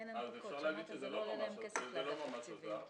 אפשר להגיד שזה לא ממש עזר.